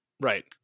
Right